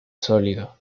sólido